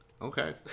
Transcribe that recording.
Okay